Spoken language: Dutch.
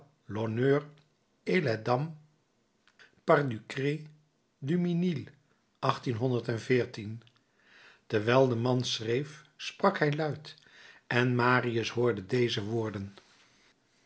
et les dames par dure de terwijl de man schreef sprak hij luid en marius hoorde deze woorden